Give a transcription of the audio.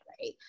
right